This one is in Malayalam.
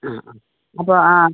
ആ ആ അപ്പം ആ